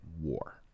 war